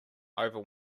over